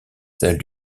celle